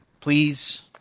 Please